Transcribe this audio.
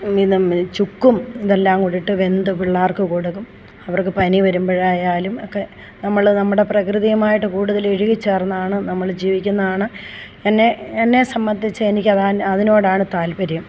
ഇതും ചുക്കും ഇതെല്ലാം കൂടെ ഇട്ട് വെന്ത് പിള്ളേർക്ക് കൊടുക്കും അവർക്ക് പനി വരുമ്പോഴായാലും ഒക്കെ നമ്മൾ നമ്മുടെ പ്രകൃതിയുമായിട്ട് കൂടുതലും ഇഴകി ചേർന്നാണ് നമ്മൾ ജീവിക്കുന്നതാണ് എന്നെ എന്നെ സംബന്ധിച്ച് എനിക്ക് അതിനോടാണ് താല്പര്യം